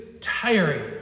tiring